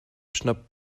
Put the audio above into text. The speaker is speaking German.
schnapp